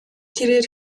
тэрээр